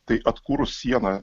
tai atkūrus sieną